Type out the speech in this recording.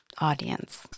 Audience